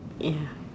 ya